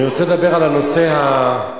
אני רוצה לדבר על נושא בתי-הדין.